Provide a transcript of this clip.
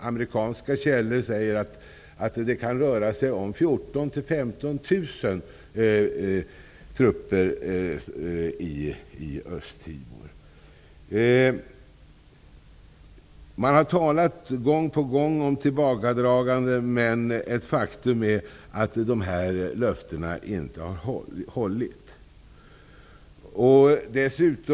Amerikanska källor säger att det kan röra sig om 14 000--15 000 trupper i Östtimor. Gång på gång har man talat om tillbakadragande. Faktum är dock att dessa löften inte har hållit.